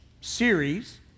series